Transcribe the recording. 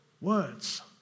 words